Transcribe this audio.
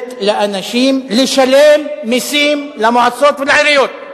שקוראת לאנשים לשלם מסים למועצות ולעיריות.